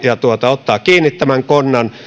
ottaa kiinni tämän konnan